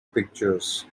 pictures